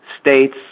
states